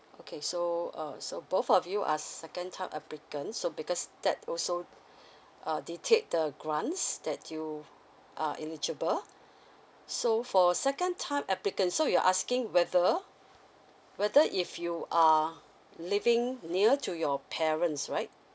okay so uh so both of you are second time applicants so because that also uh they take the grants that you are eligible so for second time applicants so you're asking whether whether if you are living near to your parents right